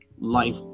life